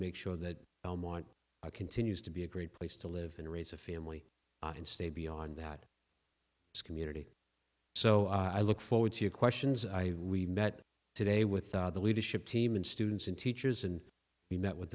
make sure that belmont continues to be a great place to live and raise a family and stay beyond that community so i look forward to your questions i met today with the leadership team and students and teachers and we met with